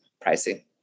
pricing